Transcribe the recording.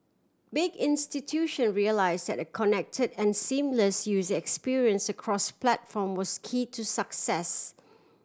big institution realise that a connected and seamless user experience across platform was key to success